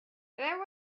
there